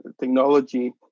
technology